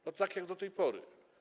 No, tak jak do tej pory.